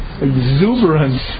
exuberance